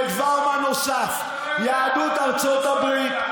ודבר מה נוסף: יהדות ארצות הברית,